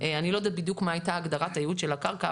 אני לא יודעת בדיוק מה הייתה הגדרת הייעוד של הקרקע,